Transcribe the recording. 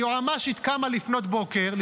היועמ"שית קמה לפנות בוקר,